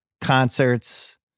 concerts